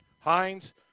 Hines